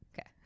Okay